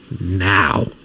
now